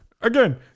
Again